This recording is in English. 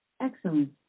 Excellent